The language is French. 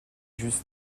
juste